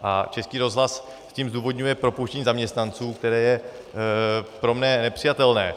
A Český rozhlas tím zdůvodňuje propouštění zaměstnanců, které je pro mne nepřijatelné.